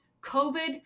COVID